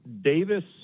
Davis